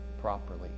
properly